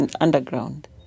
underground